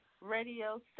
radio